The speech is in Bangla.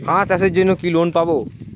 হাঁস চাষের জন্য কি লোন পাব?